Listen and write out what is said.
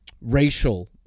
Racial